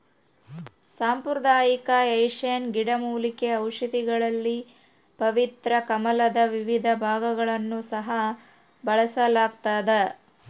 ಸಾಂಪ್ರದಾಯಿಕ ಏಷ್ಯನ್ ಗಿಡಮೂಲಿಕೆ ಔಷಧಿಗಳಲ್ಲಿ ಪವಿತ್ರ ಕಮಲದ ವಿವಿಧ ಭಾಗಗಳನ್ನು ಸಹ ಬಳಸಲಾಗ್ತದ